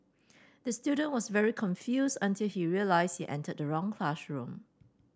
the student was very confused until he realised he entered the wrong classroom